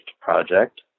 project